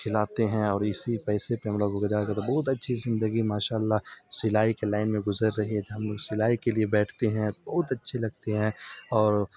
کھلاتے ہیں اور اسی پیسے پہ ہم لوگ بہت اچھی زندگی ماشاء اللہ سلائی کے لائن میں گزر رہی ہے تو ہم لوگ سلائی کے لیے بیٹھتے ہیں بہت اچھے لگتے ہیں اور